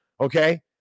Okay